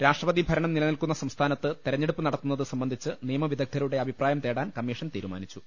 രാഷ്ട്രപതി ഭരണം നിലനിൽക്കുന്ന സംസ്ഥാനത്ത് തെരഞ്ഞെടുപ്പ് നട്ടത്തുന്നത് സംബ ന്ധിച്ച് നിയമവിദഗ്ദ്ധരുടെ അഭിപ്രായം തേടാൻ കമ്മീഷൻ തീരു മാനിച്ചു